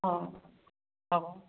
অঁ অঁ